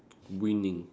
winning